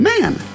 man